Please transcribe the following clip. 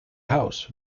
house